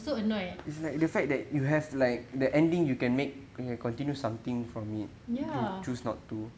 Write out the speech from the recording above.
so annoyed ya